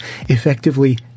effectively